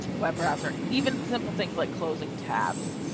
web browser even simple things like closing tabs.